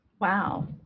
Wow